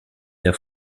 der